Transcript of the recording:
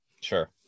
Sure